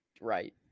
right